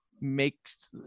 makes